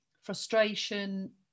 frustration